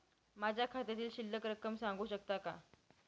माझ्या खात्यातील शिल्लक रक्कम सांगू शकता का?